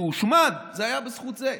שהושמד, זה היה בזכות זה.